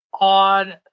on